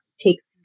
takes